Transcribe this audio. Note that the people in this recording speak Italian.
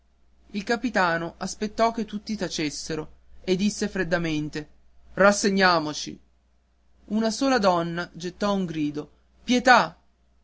il capitano aspettò che tutti tacessero e disse freddamente rassegniamoci una sola donna gettò un grido pietà